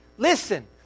Listen